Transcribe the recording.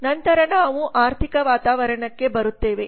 ನಂತರ ನಾವು ಆರ್ಥಿಕ ವಾತಾವರಣಕ್ಕೆ ಬರುತ್ತೇವೆ